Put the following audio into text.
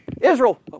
Israel